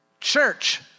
church